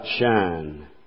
shine